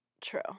True